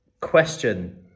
question